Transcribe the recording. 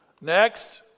Next